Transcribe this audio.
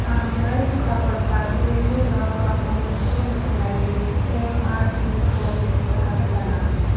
आं नै थुख्राफोर पार्क एभेनिउ लावलाव मोदोमफ्रु मोदोमनायनि एमआरपि खौ मिथिनो हागोन नामा